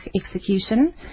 execution